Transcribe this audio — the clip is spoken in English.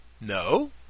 No